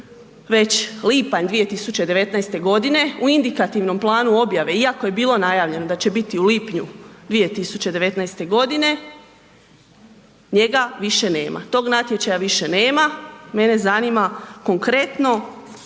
već lipanj 2019. godine, u indikativnom planu objave iako je bilo najavljeno da će biti u lipnju 2019. godine njega više nema. Tog natječaja više nema, mene zanima konkretno